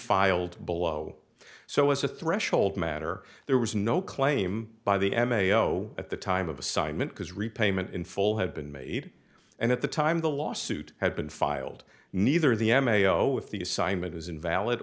filed below so as a threshold matter there was no claim by the m a o at the time of assignment because repayment in full had been made and at the time the lawsuit had been filed neither the m a o if the assignment is invalid